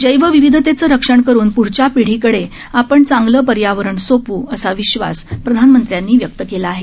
जैव विविधतेचं रक्षण करुन पुढच्या पिढीकडे आपण चांगलं पर्यावरण सोपव् असा विश्वास प्रधानमंत्र्यानी व्यक्त केला आहे